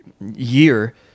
year